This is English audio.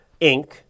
Inc